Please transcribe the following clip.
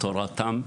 תורתם,